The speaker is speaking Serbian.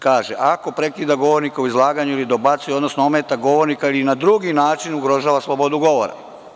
Kaže – ako prekida govornika u izlaganju ili dobacuje, odnosno ometa govornika ili na drugi način ugrožava slobodu govora.